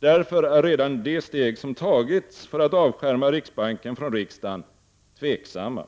Därför är redan de steg som tagits för att avskärma riksbanken från riksdagen tveksamma.”